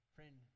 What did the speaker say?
Friend